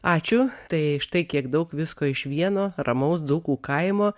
ačiū tai štai kiek daug visko iš vieno ramaus dukų kaimo